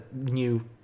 new